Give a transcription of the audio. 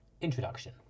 Introduction